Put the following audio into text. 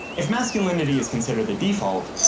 if masculinity is considered the default,